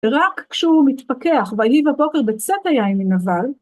ורק כשהוא מתפכח, ויהי בבוקר בצאת היין מנבל,